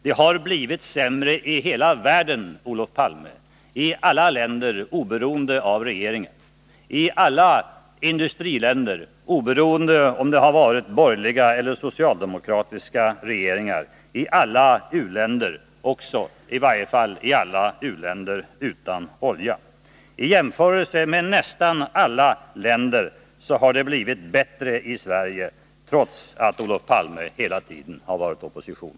Det har blivit sämre i hela världen, Olof Palme —i alla länder oberoende av regering, i alla industriländer oberoende av om de haft borgerliga eller socialdemokratiska regeringar, i alla u-länder, i varje fall alla u-länder utan olja. Men i jämförelse med nästan alla länder har det blivit mindre dåligt i Sverige, trots att Olof Palme hela tiden varit i opposition.